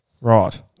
Right